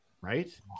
right